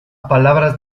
palabras